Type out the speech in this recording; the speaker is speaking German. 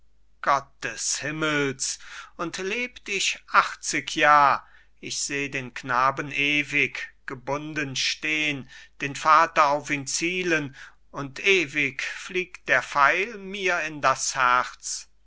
gott des himmels und lebt ich achtzig jahr ich seh den knaben ewig gebunden stehn den vater auf ihn zielen und ewig fliegt der pfeil mir in das herz